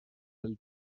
del